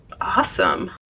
Awesome